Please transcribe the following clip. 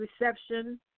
reception